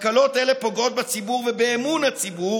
תקלות אלה פוגעות בציבור ובאמון הציבור,